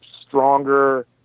stronger